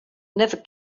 never